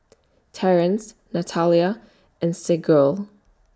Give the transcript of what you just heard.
Terance Natalia and Sergio